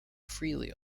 freely